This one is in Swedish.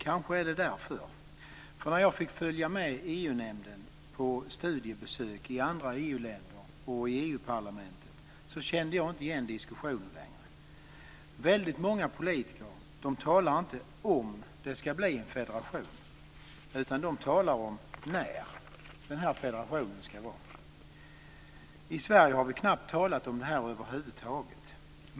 Kanske är det därför jag reagerar. När jag fick följa med EU-nämnden på studiebesök i andra EU-länder och i EU-parlamentet kände jag inte igen diskussionen. Många politiker talar inte om det ska bli en federation, utan de talar om när det ska bli en federation. I Sverige har vi knappt talat om detta över huvud taget.